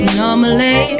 normally